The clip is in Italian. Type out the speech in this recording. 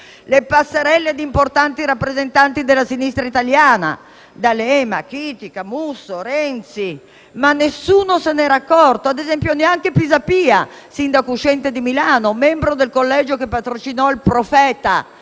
le passerelle di importanti rappresentanti della sinistra italiana, D'Alema, Chiti, Camusso, Renzi. Ma nessuno se n'era accorto? Ad esempio nemmeno Pisapia, sindaco uscente di Milano, membro del collegio che patrocinò il «profeta»